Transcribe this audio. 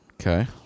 Okay